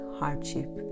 hardship